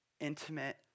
intimate